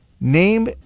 Name